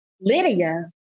Lydia